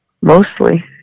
mostly